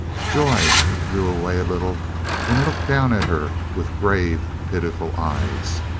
joy drew away a little and looked down at her with grave, pitiful eyes.